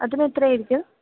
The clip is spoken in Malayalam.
അതിനെത്ര ആയിരിക്കും